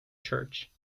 church